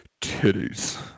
titties